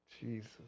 Jesus